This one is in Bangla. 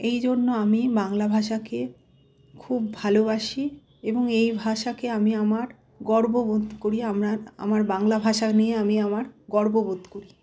এই জন্য আমি বাংলা ভাষাকে খুব ভালোবাসি এবং এই ভাষাকে আমি আমার গর্ববোধ করি আমার আমার বাংলা ভাষা নিয়ে আমি আমার গর্ববোধ করি